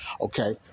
Okay